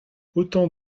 autant